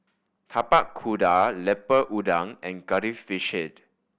Tapak Kuda Lemper Udang and Curry Fish Head